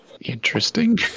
interesting